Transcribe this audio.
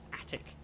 attic